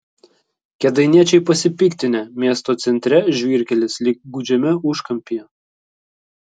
kėdainiečiai pasipiktinę miesto centre žvyrkelis lyg gūdžiame užkampyje